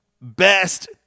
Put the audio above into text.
best